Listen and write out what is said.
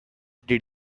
did